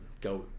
go